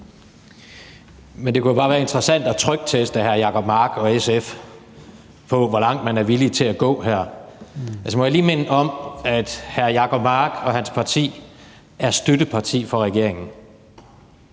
Men det kunne jo bare være interessant at trykteste hr. Jacob Mark og SF på, hvor langt man er villig til at gå her. Må jeg lige minde om, at hr. Jacob Mark og hans parti er støtteparti for regeringen?